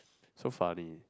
so funny